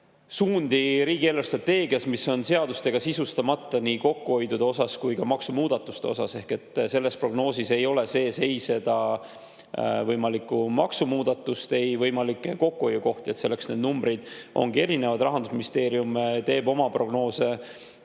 suundi riigi eelarvestrateegias, mis on seadustega sisustamata nii kokkuhoidude osas kui ka maksumuudatuste osas. Selles prognoosis ei ole sees seda võimalikku maksumuudatust ega ka võimalikke kokkuhoiukohti ja sellepärast need numbrid ongi erinevad. Rahandusministeerium teeb oma prognoose,